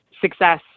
success